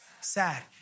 sad